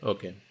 Okay